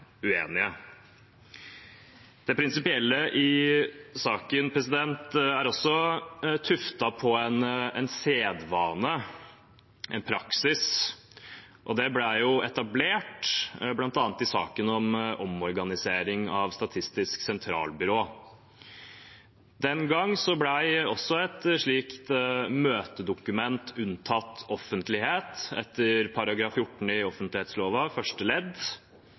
Det prinsipielle i saken er også tuftet på en sedvane, en praksis, som ble etablert bl.a. i saken om omorganisering av Statistisk sentralbyrå. Den gang ble et slikt møtedokument unntatt offentlighet etter offentlighetsloven § 14 første ledd.